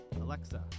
Alexa